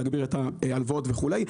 להגביר את ההלוואות וכו'.